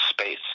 space